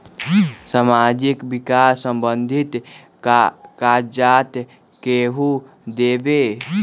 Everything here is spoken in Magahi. समाजीक विकास संबंधित कागज़ात केहु देबे?